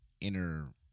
inner